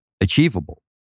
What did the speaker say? achievable